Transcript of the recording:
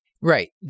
Right